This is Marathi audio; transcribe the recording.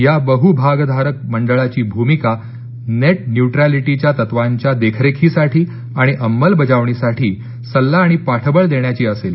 या बह् भागधारक मंडळाची भूमिका नेट न्युट्रलिटीच्या तत्त्वांच्या देखरेखीसाठी आणि अंमलबजावणीसाठी सल्ला आणि पाठबळ देण्याची असेल